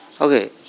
Okay